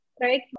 right